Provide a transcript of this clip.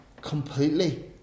completely